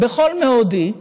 בכל מאודי,